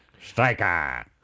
Striker